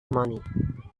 money